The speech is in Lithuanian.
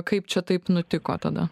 kaip čia taip nutiko tada